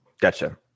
gotcha